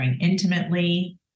intimately